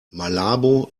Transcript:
malabo